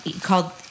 called